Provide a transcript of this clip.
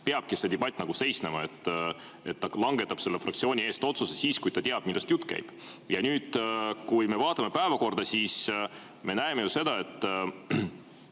peabki see debatt seisnema, et ta langetab fraktsiooni eest otsuse siis, kui ta teab, millest jutt käib. Ja nüüd, kui me vaatame päevakorda, siis me näeme ju seda, et